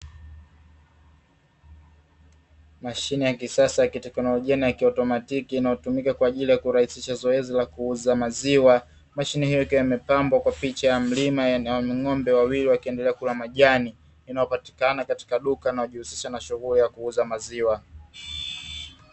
Mashine ya kisasa ya teknolojia na kiautomatiki inayotumika kwa ajili ya kurahisisha zoezi la kuuza maziwa, mashine hiyo ikiwa imepambwa kwa picha ya mlima na ng'ombe wawili wakiendelea kula majani, inayopatikana katika duka linalojihusisha na shughuli ya kuuza maziwa.